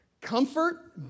Comfort